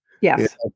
Yes